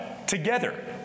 Together